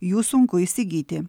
jų sunku įsigyti